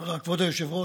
תודה, כבוד היושב-ראש.